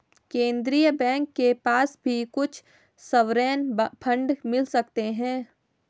केन्द्रीय बैंक के पास भी कुछ सॉवरेन फंड मिल सकते हैं